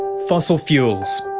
fossil fuels.